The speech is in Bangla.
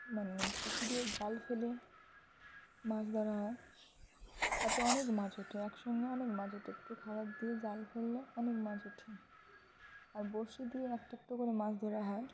মানে পুকুরে জাল ফেলে মাছ ধরা হয় তাতে অনেক মাছ ওঠে একসঙ্গে অনেক মাছ ওঠে একটু খাবার দিয়ে জাল ফেললে অনেক মাছ ওঠে আর বড়শি দিয়ে একটা একটা করে মাছ ধরা হয়